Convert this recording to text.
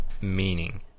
meaning